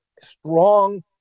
strong